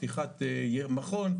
פתיחת מכון,